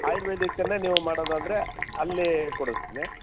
ಆಯುರ್ವೇದಿಕ್ಕನ್ನೇ ನೀವು ಮಾಡೋದಾದ್ರೆ ಅಲ್ಲೇ ಕೊಡಿಸ್ತೀನಿ